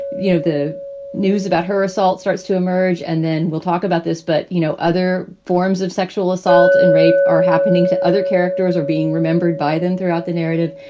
you know, the news about her assault starts to emerge and then we'll talk about this. but, you know, other forms of sexual assault and rape are happening to other characters are being remembered by them throughout the narrative.